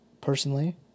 personally